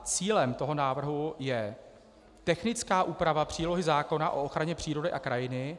Cílem návrhu je technická úprava přílohy zákona o ochraně přírody a krajiny.